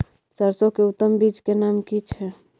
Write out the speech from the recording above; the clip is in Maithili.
सरसो के उत्तम बीज के नाम की छै?